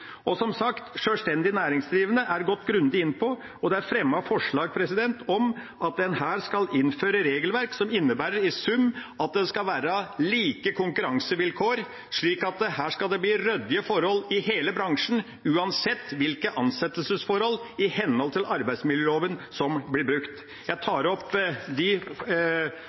Som sagt: Sjølstendig næringsdrivende er gått grundig inn på, og det er fremmet forslag om at en her skal innføre regelverk som i sum innebærer at det skal være like konkurransevilkår, slik at det blir ryddige forhold i hele bransjen, uansett hvilket ansettelsesforhold i henhold til arbeidsmiljøloven som blir brukt. Jeg